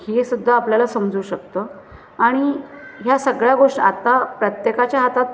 हेसुद्धा आपल्याला समजू शकतं आणि ह्या सगळ्या गोष्टी आत्ता प्रत्येकाच्या हातात